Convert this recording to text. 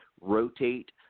rotate